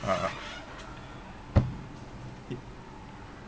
ah